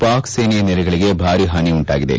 ಪಾಕ್ ಸೇನೆಯ ನೆಲೆಗಳಿಗೆ ಭಾರಿ ಹಾನಿ ಉಂಟಾಗಿದೆ